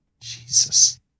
Jesus